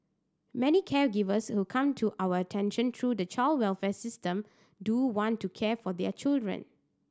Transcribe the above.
many caregivers who come to our attention through the child welfare system do want to care for their children